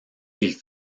ils